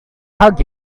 hug